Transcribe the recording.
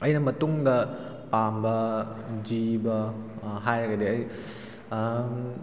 ꯑꯩꯅ ꯃꯇꯨꯡꯗ ꯄꯥꯝꯕ ꯖꯤꯕ ꯍꯥꯏꯔꯒꯗꯤ ꯑꯩ